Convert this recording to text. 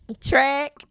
track